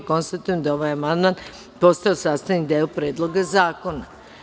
Konstatujem da je ovaj amandman postao sastavni deo Predloga zakona.